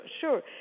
sure